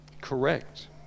correct